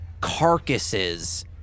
carcasses